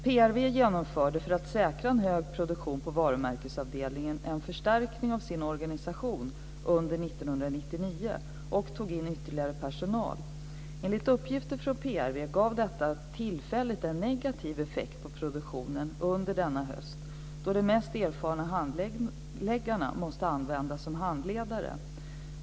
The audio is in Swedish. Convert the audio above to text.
PRV genomförde för att säkra en hög produktion på varumärkesavdelningen en förstärkning av sin organisation under 1999 och tog in ytterligare personal. Enligt uppgifter från PRV gav detta tillfälligt en negativ effekt på produktionen under denna höst då de mest erfarna handläggarna måste användas som handledare.